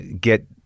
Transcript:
get